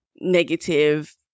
negative